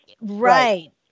Right